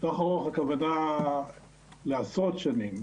טווח ארוך הכוונה עשרות שנים,